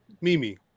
Mimi